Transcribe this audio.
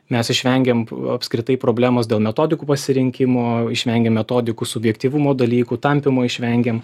mes išvengiam apskritai problemos dėl metodikų pasirinkimo išvengiam metodikų subjektyvumo dalykų tampymo išvengiam